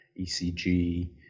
ECG